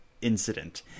incident